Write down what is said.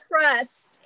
trust